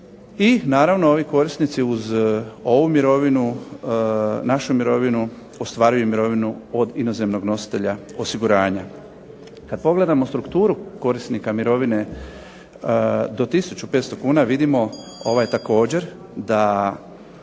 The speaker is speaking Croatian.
i naravno ovi korisnici uz ovu mirovinu, našu mirovinu ostvaruju i mirovinu od inozemnog nositelja osiguranja. Kad pogledamo strukturu korisnika mirovine do 1500 kuna vidimo također da